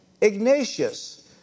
Ignatius